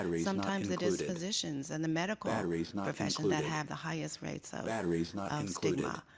sometimes it is physicians and the medical profession that have the highest rates of of stigma.